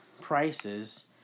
prices